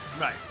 Right